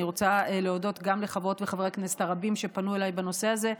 אני רוצה להודות גם לחברות וחברי הכנסת הרבים שפנו אליי בנושא הזה,